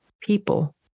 people